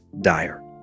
dire